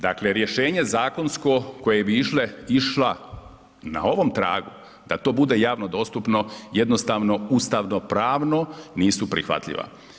Dakle, rješenje zakonsko koje bi išle, išla na ovom tragu da to bude javno dostupno jednostavno ustavno pravno nisu prihvatljiva.